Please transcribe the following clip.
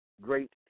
great